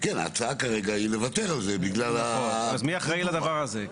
ההצעה כרגע היא לוותר על זה --- אז מי אחראי לדבר הזה,